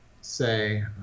say